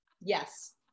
Yes